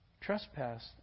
trespassed